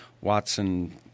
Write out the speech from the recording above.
Watson